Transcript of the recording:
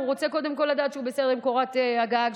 רוצה קודם כול לדעת שהוא בסדר עם קורת הגג,